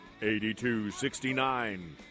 8269